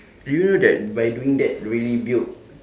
do you know that by doing that really build